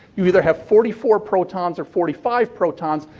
you either have forty-four protons or forty-five protons.